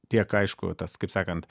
tiek aišku tas kaip sakant